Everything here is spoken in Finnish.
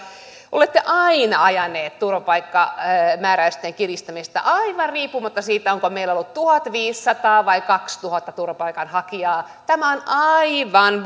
olette aina ajaneet turvapaikkamääräysten kiristämistä aivan riippumatta siitä onko meillä ollut tuhatviisisataa vai kaksituhatta turvapaikanhakijaa tämä on aivan